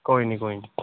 कोई निं कोई निं